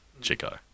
Chico